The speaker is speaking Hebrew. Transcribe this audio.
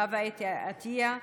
חוה אתי עטייה,